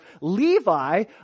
Levi